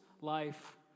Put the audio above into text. life